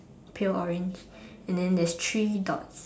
pale orange and then there's three dots